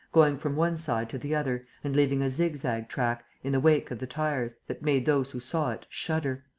going from one side to the other and leaving a zigzag track, in the wake of the tires, that made those who saw it shudder.